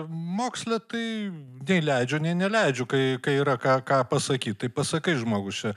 moksle tai nei leidžiu nei neleidžiu kai kai yra ką ką pasakyt tai pasakai žmogus čia